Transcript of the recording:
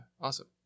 Awesome